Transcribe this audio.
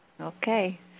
Okay